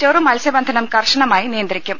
ചെറു മത്സ്യബന്ധനം കർശനമായി നിയന്ത്രിക്കും